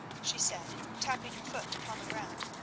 she said, tapping her foot upon the ground,